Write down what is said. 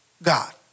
God